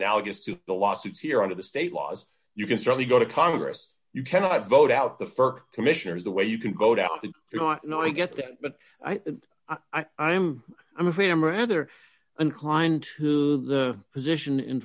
analogous to the lawsuits here out of the state laws you can certainly go to congress you cannot vote out the st commissioners the way you can go down the you know i know i get that but i think i am i'm afraid i'm rather unkind to the position in